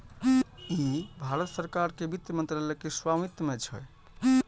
ई भारत सरकार के वित्त मंत्रालय के स्वामित्व मे छै